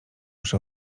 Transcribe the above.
przy